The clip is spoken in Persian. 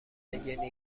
میزنه